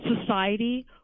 society